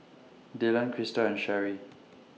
Dylan Krystle and Cherri